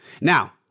Now